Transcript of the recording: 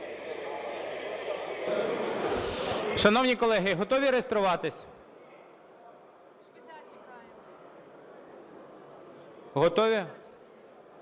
Шановні колеги, готові реєструватись? Готові?